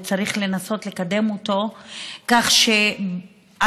וצריך לנסות לקדם אותו כך שהגברים,